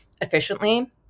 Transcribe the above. efficiently